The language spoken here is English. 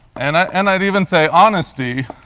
and and i'd even say honesty.